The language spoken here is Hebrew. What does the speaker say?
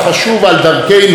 בין אדם לאדם,